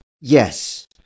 yes